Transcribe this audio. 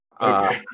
Okay